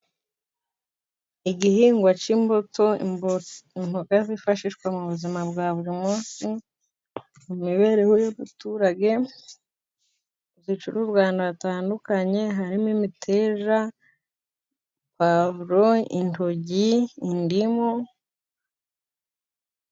Ibihingwa cy'imbuto n' imboga byifashishwa mu buzima bwa buri munsi, mu mibereho y'abaturage, bicuruzwa ahantu hatandukanye harimo: imiteja, pwavuaro intoryi n'indimu.